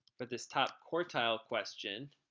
but this top quartile question